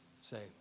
Say